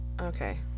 Okay